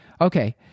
Okay